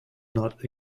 not